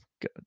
good